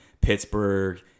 Pittsburgh